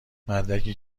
مدرکی